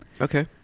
Okay